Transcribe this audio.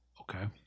Okay